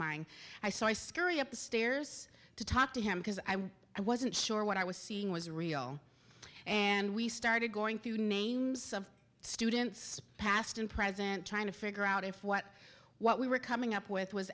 mine i saw i scurry up the stairs to talk to him because i was i wasn't sure what i was seeing was real and we started going through names of students past and present trying to figure out if what what we were coming up with was